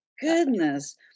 Goodness